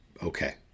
Okay